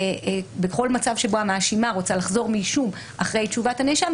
בכל מצב בו המאשימה רוצה לחזור מאישום אחרי תשובת הנאשם,